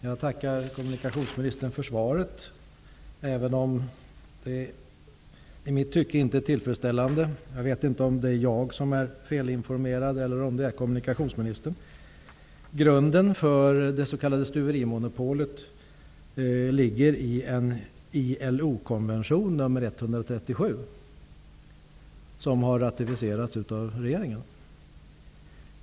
Fru talman! Jag tackar kommunikationsministern för svaret, även om det i mitt tycke inte är tillfredsställande. Jag vet inte om det är jag eller kommunikationsministern som är felinformerad. Grunden för det s.k. stuverimonopolet ligger i en ILO-konvention, nr 137, som har ratificerats av regeringen.